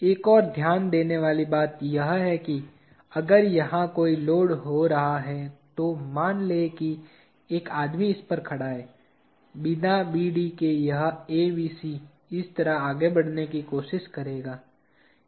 एक और ध्यान देने वाली बात यह है कि अगर यहां कोई लोड हो रहा है तो मान लें कि एक आदमी इस पर खड़ा है बिना BD के यह ABC इस तरह आगे बढ़ने की कोशिश करेगा